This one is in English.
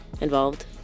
involved